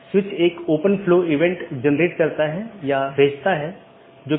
जैसा कि हमने पाथ वेक्टर प्रोटोकॉल में चर्चा की है कि चार पथ विशेषता श्रेणियां हैं